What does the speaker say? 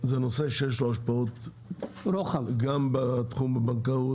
זה נושא שיש לו השפעות גם בתחום הבנקאות,